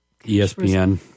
espn